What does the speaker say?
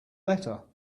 letter